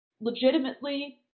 legitimately